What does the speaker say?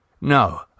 No